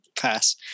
Pass